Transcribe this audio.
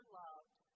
loved